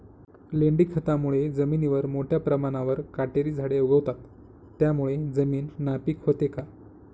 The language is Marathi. लेंडी खतामुळे जमिनीवर मोठ्या प्रमाणावर काटेरी झाडे उगवतात, त्यामुळे जमीन नापीक होते का?